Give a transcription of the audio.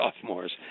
sophomores